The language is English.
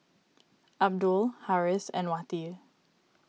Abdul Harris and Wati